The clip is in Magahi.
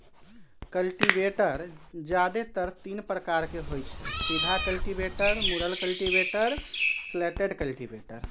कल्टीवेटर जादेतर तीने प्रकार के होई छई, सीधा कल्टिवेटर, मुरल कल्टिवेटर, स्लैटेड कल्टिवेटर